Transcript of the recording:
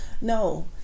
No